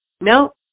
no